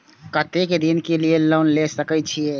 केते दिन के लिए लोन ले सके छिए?